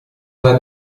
una